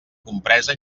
compresa